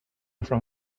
from